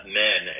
men